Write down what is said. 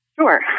Sure